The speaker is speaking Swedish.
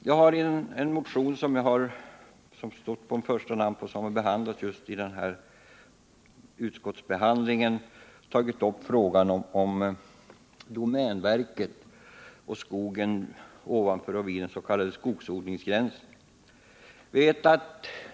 Jag har i en motion, som behandlats av utskottet, tagit upp frågan om domänverket och skogen ovanför och vid skogsodlingsgränsen.